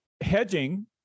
Hedging